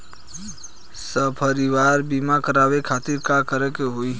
सपरिवार बीमा करवावे खातिर का करे के होई?